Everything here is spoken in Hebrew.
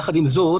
יחד עם זאת,